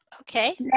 okay